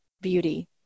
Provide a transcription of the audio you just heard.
beauty